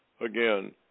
again